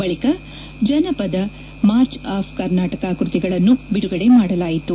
ಬಳಿಕ Janapada March of Karnataka ಕೃತಿಗಳನ್ನು ಬಿಡುಗಡೆ ಮಾಡಲಾಯಿತು